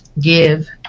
give